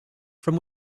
from